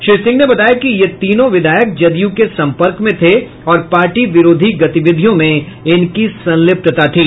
श्री सिंह ने बताया कि ये तीनों विधायक जदयू के सम्पर्क में थे और पार्टी विरोधी गतिविधियों में इनकी संलिप्तता थी